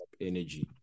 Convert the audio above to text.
energy